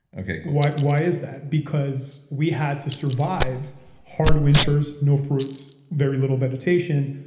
okay. why why is that? because we had to survive hard winters, no fruits, very little vegetation.